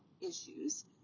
issues